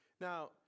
now